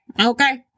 okay